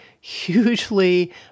hugely